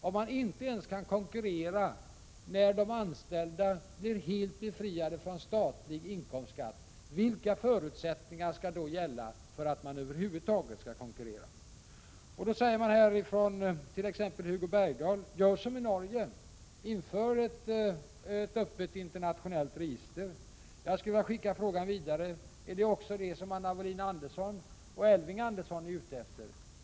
Om man inte ens kan konkurrera när de anställda blir helt befriade från statlig inkomstskatt, vilka förutsättningar skall då gälla för att man över huvud taget skall kunna konkurrera? En åtgärd som föreslås av t.ex. Hugo Bergdahl är att vi skall göra som man har gjort i Norge, nämligen införa ett öppet internationellt register. Jag skulle vilja skicka frågan vidare: Är det detta som också Anna Wohlin Andersson och Elving Andersson är ute efter?